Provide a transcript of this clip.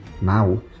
Now